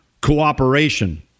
cooperation